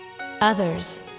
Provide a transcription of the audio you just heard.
Others